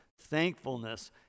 thankfulness